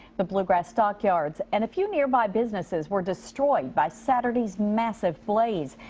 the blue grass stockyards and a few nearby businesses were destroyed by saturday's massive blaze.